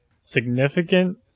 significant